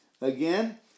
Again